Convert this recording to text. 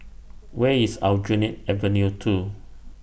Where IS Aljunied Avenue two